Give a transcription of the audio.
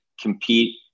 compete